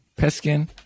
Peskin